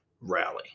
rally